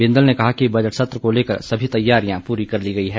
बिंदल ने कहा कि बजट सत्र को लेकर सभी तैयारियां पुरी कर ली गई हैं